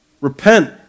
repent